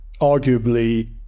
arguably